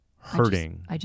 Hurting